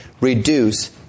reduce